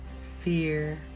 fear